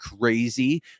crazy